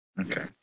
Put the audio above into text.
Okay